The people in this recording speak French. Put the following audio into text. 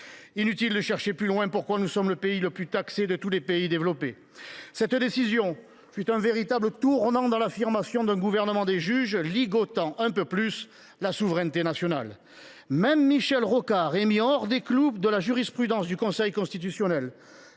Inutile de chercher plus loin pourquoi nous sommes le plus taxé de tous les pays développés… Cette décision fut un véritable tournant dans l’affirmation d’un gouvernement des juges, ligotant un peu plus encore la souveraineté nationale. Même Michel Rocard est mis hors des clous de la jurisprudence constitutionnelle,